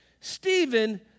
Stephen